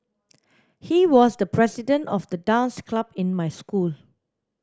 he was the president of the dance club in my school